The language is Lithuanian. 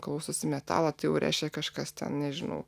klausosi metalo tai jau reiškia kažkas ten nežinau